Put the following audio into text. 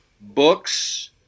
books